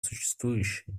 существующее